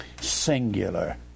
singular